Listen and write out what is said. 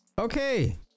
Okay